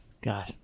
God